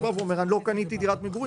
הוא בא ואומר: "אני לא קניתי דירת מגורים,